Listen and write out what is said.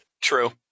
True